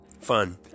Fun